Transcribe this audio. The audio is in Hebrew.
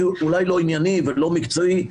שהוא אולי לא ענייני ולא המקצוע שלי,